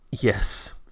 yes